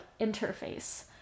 interface